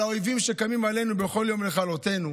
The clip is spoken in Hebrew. על האויבים שקמים עלינו בכל יום לכלותנו,